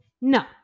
no